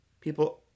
people